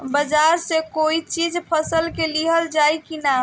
बाजार से कोई चीज फसल के लिहल जाई किना?